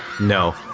No